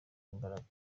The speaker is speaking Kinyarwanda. imbaraga